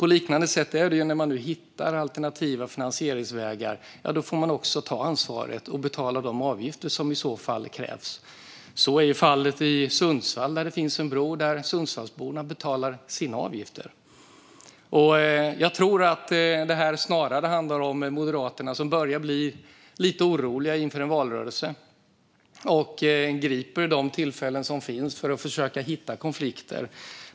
På liknande sätt är det nu när man hittar alternativa finansieringsvägar: Man får ta ansvaret och betala de avgifter som i så fall krävs. Så är fallet i Sundsvall där det finns en bro och Sundsvallsborna betalar sina avgifter. Jag tror att det här snarare handlar om Moderaterna som börjar bli lite oroliga inför valrörelsen och griper de tillfällen som finns för att försöka hitta konflikter.